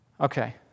Okay